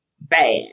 bad